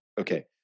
okay